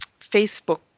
Facebook